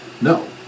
No